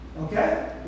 Okay